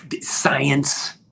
science